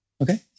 Okay